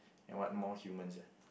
and what more humans